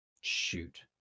shoot